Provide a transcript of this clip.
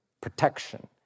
protection